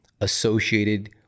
associated